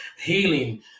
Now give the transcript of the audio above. healing